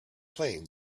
playing